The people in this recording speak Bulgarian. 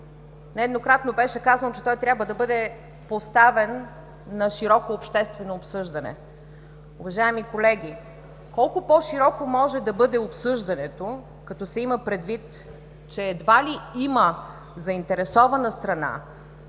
нееднократно беше казано, че той трябва да бъде поставен на широко обществено обсъждане. Уважаеми колеги, колко по-широко може да бъде обсъждането, като се има предвид, че едва ли има заинтересована страна,